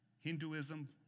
Hinduism